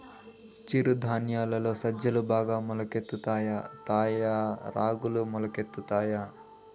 చిరు ధాన్యాలలో సజ్జలు బాగా మొలకెత్తుతాయా తాయా రాగులు మొలకెత్తుతాయా